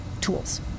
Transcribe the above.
tools